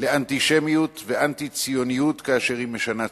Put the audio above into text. לאנטישמיות ולאנטי-ציוניות כאשר היא משנה צורה.